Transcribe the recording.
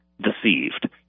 deceived